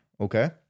okay